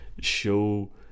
show